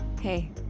Hey